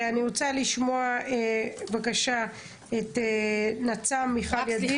אני רוצה לשמוע בבקשה את נצ"מ מיכל ידיד.